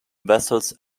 vessels